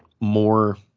more